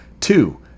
Two